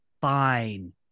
fine